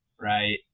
Right